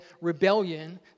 rebellion